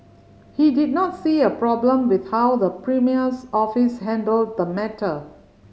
he did not see a problem with how the premier's office handled the matter